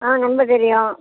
ஆ number தெரியும்